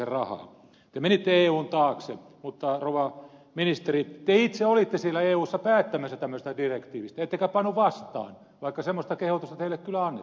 te menitte eun taakse mutta rouva ministeri te itse olitte siellä eussa päättämässä tämmöisestä direktiivistä ettekä pannut vastaan vaikka semmoista kehotusta teille kyllä annettiin